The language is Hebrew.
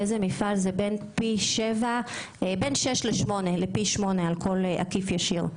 פי שמונה על כל עובד ישיר.